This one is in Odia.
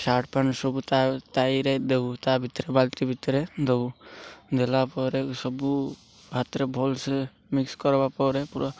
ସାର୍ଟ୍ ପ୍ୟାଣ୍ଟ୍ ସବୁ ତରେ ଦଉ ତା ଇଏରେ ବାଲ୍ଟି ଭିତରେ ଦଉ ଦେଲା ପରେ ସବୁ ହାତରେ ଭଲସେ ମିକ୍ସ କରବା ପରେ ପୁରା